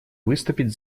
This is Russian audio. выступить